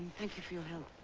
thank you for your help.